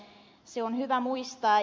se on hyvä muistaa